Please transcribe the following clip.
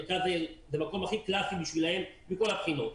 מרכז העיר הוא המקום הקלאסי עבורם מכל הבחינות.